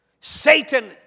Satan